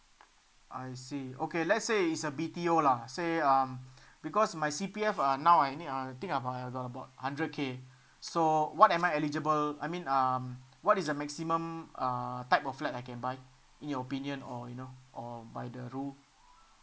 I see okay let's say it's a B_T_O lah say um because my C_P_F uh now I need uh think uh I got about hundred K so what am I eligible I mean um what is the maximum uh type of flat I can buy in your opinion or you know or by the rule